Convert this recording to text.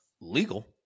legal